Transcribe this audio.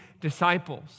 disciples